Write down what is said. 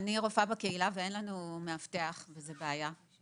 אני רופאה בקהילה, ואין לנו מאבטח, וזו בעיה.